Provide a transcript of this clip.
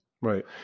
Right